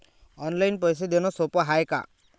Online पैसे देण सोप हाय का?